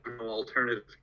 alternative